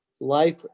life